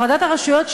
הפרדת הרשויות,